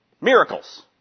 Miracles